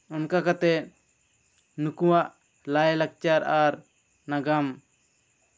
ᱚᱱᱠᱟ ᱠᱟᱛᱮ ᱱᱩᱠᱩᱣᱟᱜ ᱞᱟᱭᱼᱞᱟᱠᱪᱟᱨ ᱟᱨᱱᱟᱜᱟᱢ